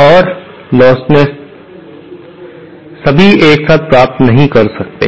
losslessness है सभी एक साथ प्राप्त नहीं कर सकते हैं